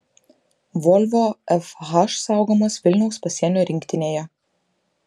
volvo fh saugomas vilniaus pasienio rinktinėje